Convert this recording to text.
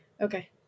Okay